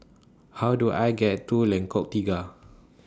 How Do I get to Lengkok Tiga